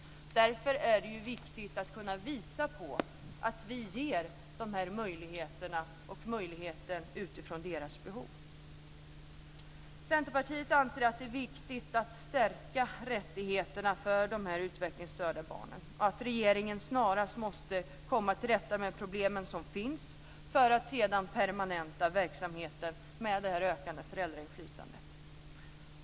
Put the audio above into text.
Därför är det viktigt att kunna visa att vi ger de här möjligheterna utifrån deras behov. Centerpartiet anser att det är viktigt att stärka rättigheterna för de utvecklingsstörda barnen. Regeringen måste snarast komma till rätta med de problem som finns för att sedan permanenta verksamheten med det ökade föräldrainflytandet.